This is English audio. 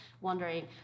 wondering